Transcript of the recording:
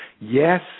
Yes